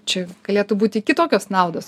čia galėtų būti kitokios naudos